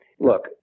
Look